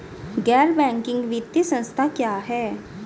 गैर बैंकिंग वित्तीय संस्था क्या है?